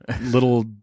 little